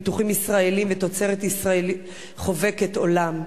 פיתוחים ישראליים ותוצרת ישראלית חובקת עולם.